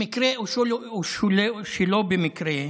במקרה או שלא במקרה,